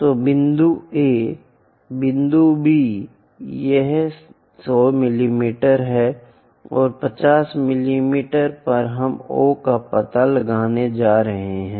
तो बिंदु A बिंदु B यह 100 मिमी है और 50 मिमी पर हम ओ का पता लगाने जा रहे हैं